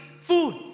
food